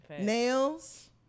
nails